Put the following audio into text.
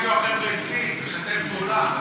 מה יגידו החבר'ה אצלי, משתף פעולה.